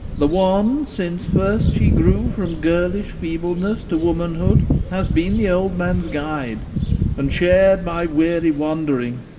the one since first she grew from girlish feebleness to womanhood has been the old man's guide and shared my weary wandering,